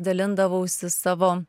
dalindavausi savo